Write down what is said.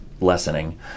lessening